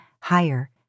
higher